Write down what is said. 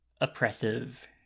oppressive